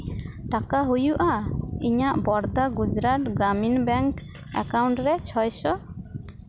ᱴᱟᱠᱟ ᱦᱩᱭᱩᱜᱼᱟ ᱤᱧᱟᱹᱜ ᱵᱚᱨᱫᱟ ᱜᱩᱡᱽᱨᱟᱴ ᱜᱨᱟᱢᱤᱱ ᱵᱮᱝᱠ ᱮᱠᱟᱣᱩᱱᱴ ᱨᱮ ᱪᱷᱚᱭ ᱥᱚ